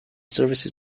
services